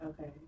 Okay